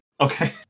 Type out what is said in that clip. Okay